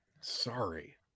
Sorry